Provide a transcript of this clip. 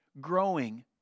growing